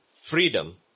freedom